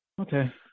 Okay